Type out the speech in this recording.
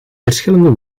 verschillende